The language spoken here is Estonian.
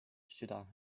süda